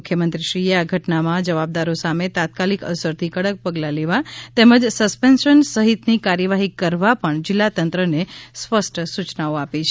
મુખ્યમંત્રી શ્રીએ આ ઘટનામાં જવાબદારો સામે તાત્કાલિક અસરથી કડક પગલાં લેવા તેમજ સસ્પેન્શન સહિતની કાર્યવાહી કરવા પણ જિલ્લા તંત્રને સ્પષ્ટ સૂચનાઓ આપી છે